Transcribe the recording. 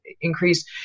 increase